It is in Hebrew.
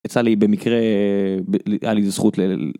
יצא לי במקרה על הזכות.